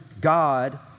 God